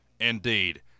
indeed